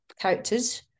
characters